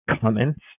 comments